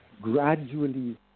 gradually